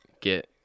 Get